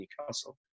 Newcastle